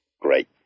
great